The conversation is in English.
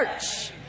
church